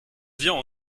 viens